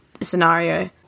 scenario